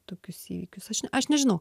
tokius įvykius aš aš nežinau